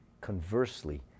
Conversely